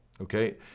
okay